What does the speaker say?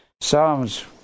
Psalms